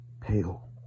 pale